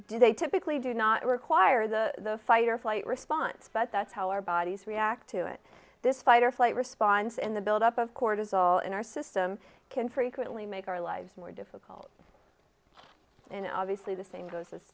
do they typically do not require the fight or flight response but that's how our bodies react to it this fight or flight response and the build up of cortisol in our system can frequently make our lives more difficult and obviously the same goes